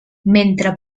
mentre